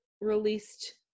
released